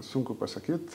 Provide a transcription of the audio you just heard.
sunku pasakyt